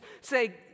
say